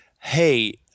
Hey